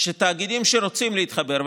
תאגידים שרוצים להתחבר,